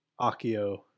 Akio